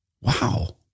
Wow